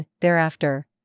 thereafter